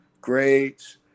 Grades